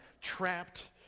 trapped